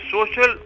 Social